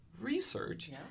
research